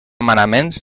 manaments